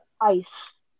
Ice